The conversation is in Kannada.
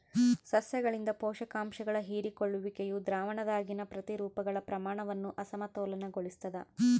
ಸಸ್ಯಗಳಿಂದ ಪೋಷಕಾಂಶಗಳ ಹೀರಿಕೊಳ್ಳುವಿಕೆಯು ದ್ರಾವಣದಾಗಿನ ಪ್ರತಿರೂಪಗಳ ಪ್ರಮಾಣವನ್ನು ಅಸಮತೋಲನಗೊಳಿಸ್ತದ